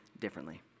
differently